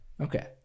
Okay